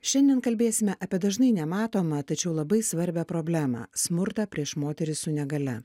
šiandien kalbėsime apie dažnai nematomą tačiau labai svarbią problemą smurtą prieš moteris su negalia